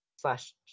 slash